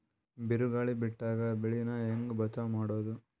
ಬಿರುಗಾಳಿ ಬಿಟ್ಟಾಗ ಬೆಳಿ ನಾ ಹೆಂಗ ಬಚಾವ್ ಮಾಡೊದು?